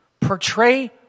portray